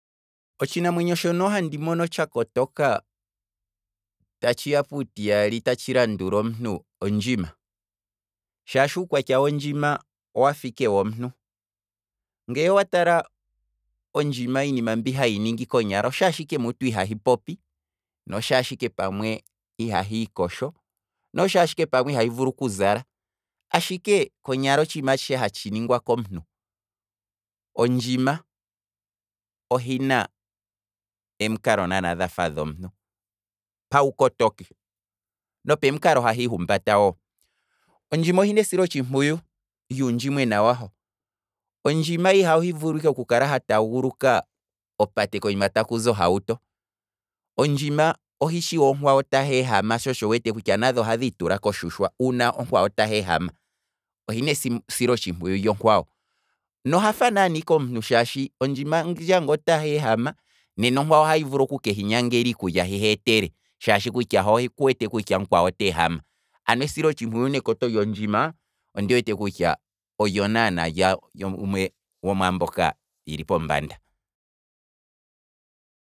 Otshinamwenyo shono handi mono tsha kotoka ta tshiya puutiyali tatshi landula omuntu, ondjima, shaashi uukwatya wondjima owafa ike womuntu, ngee watala ondjima iinima mbi hayi ningi konyala, oshaashi ike mutu ihahi popi noshaashi ike pamwe iha hiikosho, no shaashi ike pamwe ihahi vulu kuzala, ashike konyala otshiima atshishe hatshi ningwa komuntu, ondjima ohina em'kalo naana dhafa dhomuntu, pawukotoki, nopemukalo hahi ihumbata wo, ondjima ohina esilo tshimpuyu lyuundjimwena waho, ondjima ihahi vulu ike okukala ha taaguluka opate koyima takuzi ohauto, ondjima ohishi wo onkwawo ta heehama shosho wu wete kutya nadho ohadhi itula koshushwa uuna ongwawo ta heehama, ohinesi silo tshimpuyu lyongwawo, no hafa naana ike omuntu shaashi ondjima ngeenge otahi ehama, nena onkwawo ohahi vulu ku kehi nyangela iikulya hi heetele, shaashi kutya he okuwete kutya mukwawo oteehama, ano esilo tshimpuyu nekoto lyondjima, ondi wete kutya olyo naana lya lyogumwe lyomwamboka lyili pombanda.